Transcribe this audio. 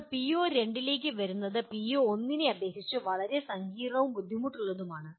ഇപ്പോൾ പിഒ2 ലേക്ക് വരുന്നത് പിഒ1 നെ അപേക്ഷിച്ച് വളരെ സങ്കീർണ്ണവും ബുദ്ധിമുട്ടുള്ളതുമാണ്